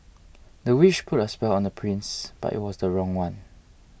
the witch put a spell on the prince but it was the wrong one